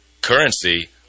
currency